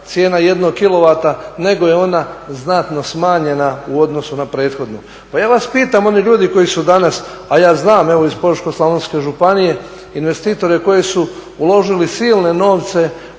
cijena jednog kw, nego je ona znatno smanjena u odnosnu na prethodnu. Pa ja vas pitam, oni ljudi koji su danas, a ja znam evo iz Požeško-slavonske županije investitore koji su uložili silne novce